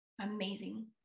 amazing